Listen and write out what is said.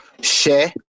Share